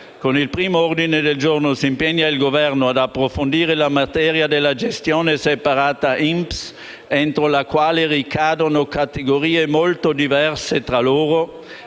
Il primo ordine del giorno è volto a impegnare il Governo ad approfondire la materia della gestione separata INPS entro la quale ricadono categorie molto diverse tra loro